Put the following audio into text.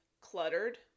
cluttered